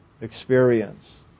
experience